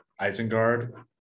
Isengard